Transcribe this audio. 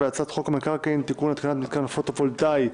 והצעת חוק המקרקעין (תיקון - התקנת מתקן פוטו וולטאי)